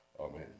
Amen